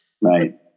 right